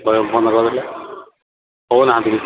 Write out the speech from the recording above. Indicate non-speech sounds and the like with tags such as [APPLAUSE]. [UNINTELLIGIBLE] କହିଲେ କହୁନାହାନ୍ତି